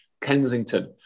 Kensington